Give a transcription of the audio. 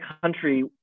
country